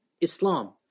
Islam